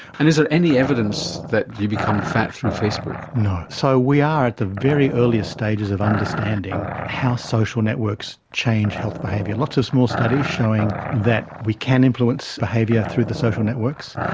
and is there any evidence that you become fat through facebook? no. so we are at the very earliest stages of understanding how social networks change health behaviour, lots of small studies showing that we can influence behaviour through the social networks.